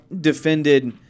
defended